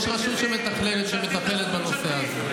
אתם בעד רשות שמתכללת את זה.